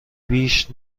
بیش